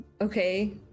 okay